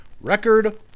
record